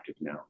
now